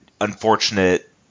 unfortunate